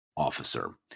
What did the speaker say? officer